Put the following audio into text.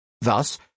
Thus